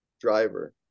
driver